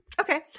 Okay